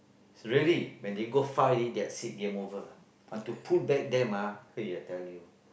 really when they go far already that's it game over want to pull back them ah !aiya! tell you